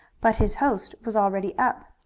but his host was already up.